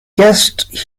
guessed